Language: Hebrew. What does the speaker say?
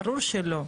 ברור שלא.